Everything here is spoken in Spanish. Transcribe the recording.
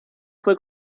fue